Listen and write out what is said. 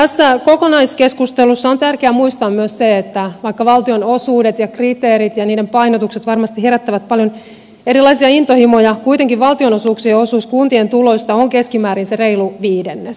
tässä kokonaiskeskustelussa on tärkeää muistaa myös se vaikka valtionosuudet ja kriteerit ja niiden painotukset varmasti herättävät paljon erilaisia intohimoja että kuitenkin valtionosuuksien osuus kuntien tuloista on keskimäärin se reilu viidennes